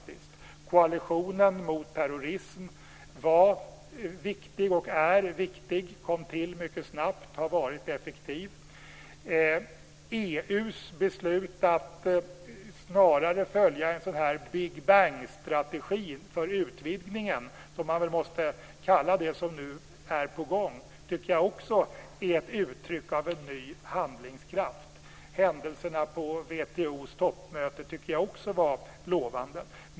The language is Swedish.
Koalitionen mot terrorism var och är viktig. Den kom till mycket snabbt och har varit effektiv. EU:s beslut att följa en Big Bang-strategi för utvidgningen, som man väl måste kalla det som nu är på gång, tycker jag också är ett uttryck för en ny handlingskraft. Händelserna på WTO:s toppmöte tycker jag också var lovande.